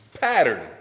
pattern